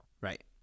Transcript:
Right